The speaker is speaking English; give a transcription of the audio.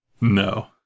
No